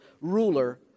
ruler